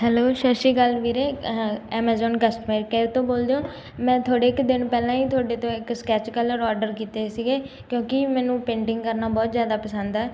hello ਸਤਿ ਸ਼੍ਰੀ ਅਕਾਲ ਵੀਰੇ ਐਮਾਜ਼ੋਨ ਕਸਟਮਰ ਕੇਅਰ ਤੋਂ ਬੋਲਦੇ ਹੋ ਮੈਂ ਥੋੜ੍ਹੇ ਕੁ ਦਿਨ ਪਹਿਲਾਂ ਹੀ ਤੁਹਾਡੇ ਤੋਂ ਇੱਕ ਸਕੈਚ ਕਲਰ ਔਡਰ ਕੀਤੇ ਸੀਗੇ ਕਿਉਂਕਿ ਮੈਨੂੰ ਪੇਂਟਿੰਗ ਕਰਨਾ ਬਹੁਤ ਜ਼ਿਆਦਾ ਪਸੰਦ ਹੈ